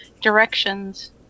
directions